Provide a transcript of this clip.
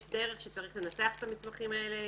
יש דרך שצריך לנסח את המסמכים האלה,